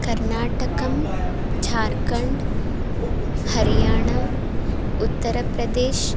कर्नाटकः झार्कण्डं हरियाणा उत्तरप्रदेशः